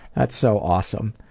that's so awesome.